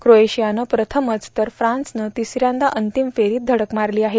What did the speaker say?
क्रोएशियानं प्रथमच तर फ्रान्सनं तिसऱ्यांदा अंतिम फेरीत धडक मारली आहे